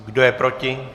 Kdo je proti?